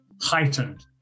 heightened